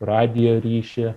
radijo ryšį